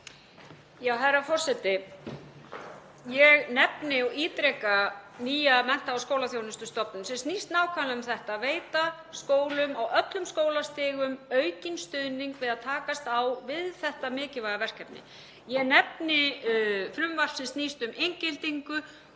Herra forseti. Ég nefni og ítreka nýja mennta- og skólaþjónustustofnun sem snýst nákvæmlega um þetta, að veita skólum á öllum skólastigum aukinn stuðning við að takast á við þetta mikilvæga verkefni. Ég nefni frumvarp sem snýst um inngildingu